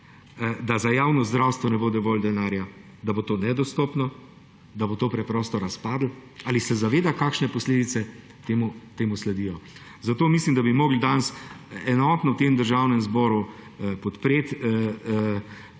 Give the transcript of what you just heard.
da za javno zdravstvo ne bo dovolj denarja, da bo to nedostopno, da bo to preprosto razpadlo? Ali se zaveda, kakšne posledice temu sledijo? Zato mislim, da bi morali danes enotno v tem državnem zboru podpreti